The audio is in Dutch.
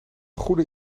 goede